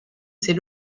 ses